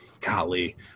golly